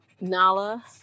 Nala